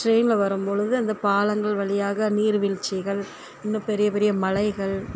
ட்ரெயினில் வரும் பொழுது அந்த பாலங்கள் வழியாக நீர்வீழ்ச்சிகள் இன்னும் பெரிய பெரிய மலைகள்